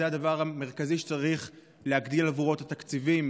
זה הדבר המרכזי שצריך להגדיל עבורו את התקציבים